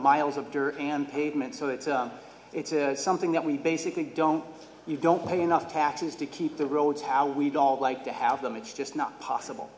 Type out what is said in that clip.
miles of dirt and pavement so that it's something that we basically don't we don't pay enough taxes to keep the roads how we don't like to have them it's just not possible